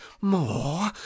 more